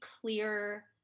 clear